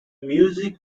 music